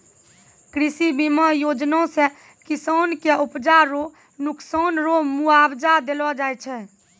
कृषि बीमा योजना से किसान के उपजा रो नुकसान रो मुआबजा देलो जाय छै